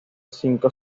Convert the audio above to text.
cinco